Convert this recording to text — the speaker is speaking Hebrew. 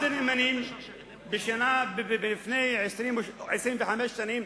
לפני 25 שנים